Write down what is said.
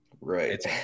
Right